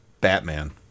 Batman